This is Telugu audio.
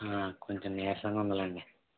కొంచెం నీరసంగా ఉందిలేండి